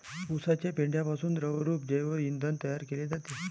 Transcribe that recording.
उसाच्या पेंढ्यापासून द्रवरूप जैव इंधन तयार केले जाते